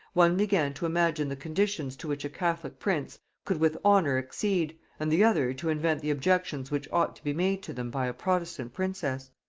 one began to imagine the conditions to which a catholic prince could with honor accede, and the other to invent the objections which ought to be made to them by a protestant princess.